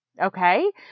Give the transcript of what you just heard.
okay